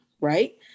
right